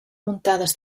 muntades